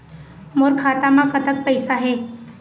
मोर खाता म कतक पैसा हे?